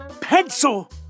Pencil